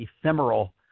ephemeral